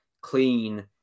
clean